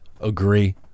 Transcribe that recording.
agree